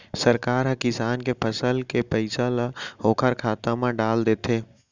सरकार ह किसान के फसल के पइसा ल ओखर खाता म डाल देथे